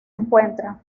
encuentra